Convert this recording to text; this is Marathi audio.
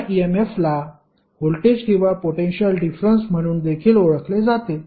या ईएमएफला व्होल्टेज किंवा पोटेन्शिअल डिफरंन्स म्हणून देखील ओळखले जाते